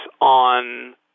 on